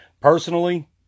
Personally